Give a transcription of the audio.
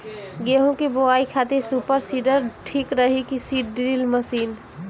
गेहूँ की बोआई खातिर सुपर सीडर ठीक रही की सीड ड्रिल मशीन?